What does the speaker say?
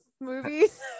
movies